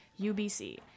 UBC